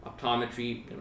optometry